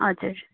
हजुर